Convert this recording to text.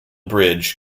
bridge